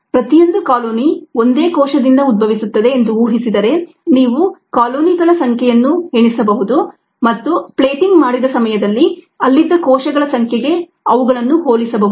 ಪ್ರತಿಯೊಂದು ಕಾಲೊನಿ ಒಂದೇ ಕೋಶದಿಂದ ಉದ್ಭವಿಸುತ್ತದೆ ಎಂದು ಊಹಿಸಿದರೆ ನೀವು ಕಾಲೊನಿಗಳ ಸಂಖ್ಯೆಯನ್ನು ಎಣಿಸಬಹುದು ಮತ್ತು ಪ್ಲೇಟಿಂಗ್ ಮಾಡಿದ ಸಮಯದಲ್ಲಿ ಅಲ್ಲಿದ್ದ ಕೋಶಗಳ ಸಂಖ್ಯೆಗೆ ಅವುಗಳನ್ನು ಹೋಲಿಸಬಹುದು